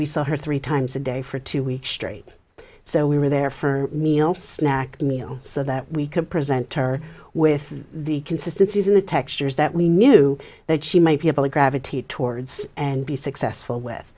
we saw her three times a day for two weeks straight so we were there for meal snack meal so that we could present her with the consistencies in the textures that we knew that she might be able to gravitate towards and be successful with